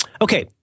Okay